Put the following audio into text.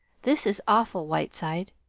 this is awful, whiteside.